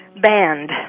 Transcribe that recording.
banned